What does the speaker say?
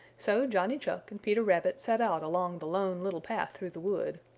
so johnny chuck and peter rabbit set out along the lone little path through the wood.